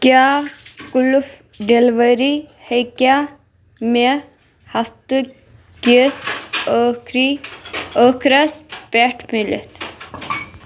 کیٛاہ قَُلُف ڈیلؤری ہیٚکیٛاہ مےٚ ہفتہٕ کِس أخرَس پٮ۪ٹھ مِلِتھ؟